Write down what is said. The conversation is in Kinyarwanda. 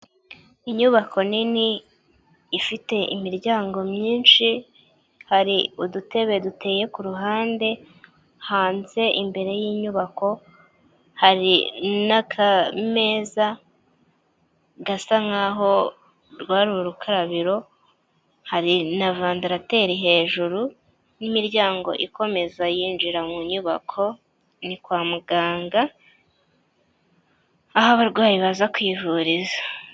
Inyubako nini ifite imiryango myinshi, hari udutebe duteye ku ruhande hanze imbere y'inyubako, hari n'aka meza gasa nk’aho rwari urukarabiro, hari na vandarateri hejuru n’imiryango ikomeza yinjira mu nyubako, ni kwa muganga aho abarwayi baza kwivuriza.